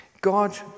God